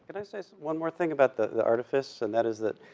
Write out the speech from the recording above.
can i say one more thing about the artifice? and that is that,